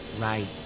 right